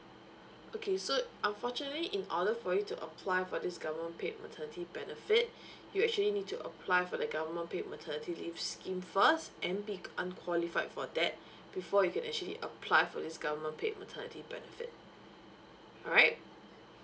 okay so unfortunately in order for you to apply for this government paid maternity benefit you actually need to apply for the government paid maternity leave scheme first then be unqualified for that before you can actually apply for this government paid maternity benefit alright